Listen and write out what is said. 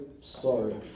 Sorry